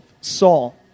Saul